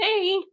Hey